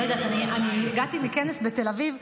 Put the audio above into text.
לא יודעת, אני הגעתי מכנס בתל אביב.